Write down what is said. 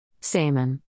salmon